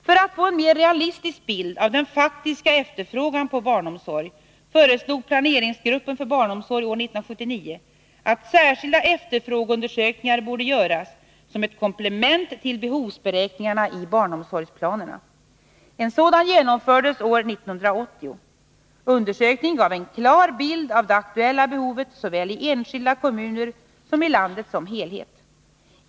För att få en mer realistisk bild av den faktiska efterfrågan på barnomsorg föreslog planeringsgruppen för barnomsorg år 1979 att särskilda efterfrågeundersökningar borde göras som ett komplement till behovsberäkningarna i barnomsorgsplanerna. En sådan genomfördes år 1980. Undersökningen gav en klar bild av det aktuella behovet såväl i enskilda kommuner som i landet som helhet.